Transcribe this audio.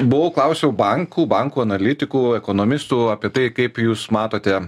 buvo klausiau bankų bankų analitikų ekonomistų apie tai kaip jūs matote